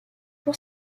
pour